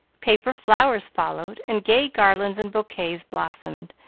paper flowers followed, and gay garlands and bouquets blossomed,